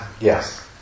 yes